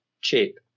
cheap